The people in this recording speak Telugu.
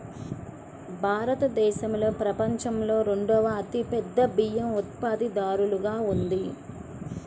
భారతదేశం ప్రపంచంలో రెండవ అతిపెద్ద బియ్యం ఉత్పత్తిదారుగా ఉంది